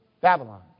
Babylon